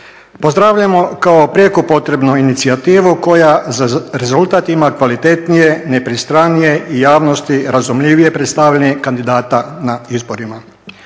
pozdravljamo kao prijeko potrebnu inicijativu koja za rezultat ima kvalitetnije, nepristranije i javnosti razumljivije predstavljanje kandidata na izborima.